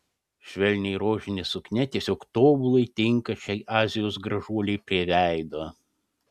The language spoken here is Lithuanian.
švelniai rožinė suknia tiesiog tobulai tinka šiai azijos gražuolei prie veido